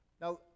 Now